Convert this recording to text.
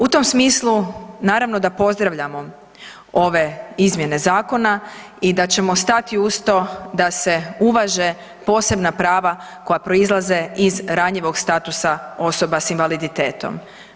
U tom smislu naravno da pozdravljamo ove izmjene zakona i da ćemo stati uz to da se uvaže posebna prava koja proizlaze iz ranjivog statusa osoba s invaliditetom.